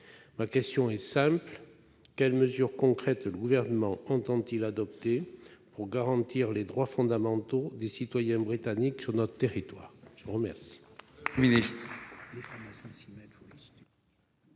autorités britanniques. Quelles mesures concrètes le Gouvernement entend-il adopter pour garantir les droits fondamentaux des citoyens britanniques sur notre territoire ? La parole